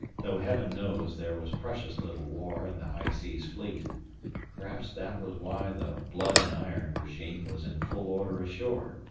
though heaven knows there was precious little war in the high seas fleet perhaps that was why the blood and iron regime was in full order ashore.